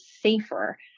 safer